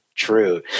true